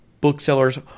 Booksellers